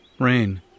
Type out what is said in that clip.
Rain